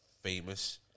famous